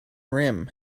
rim